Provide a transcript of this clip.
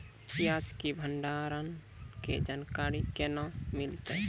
प्याज के भंडारण के जानकारी केना मिलतै?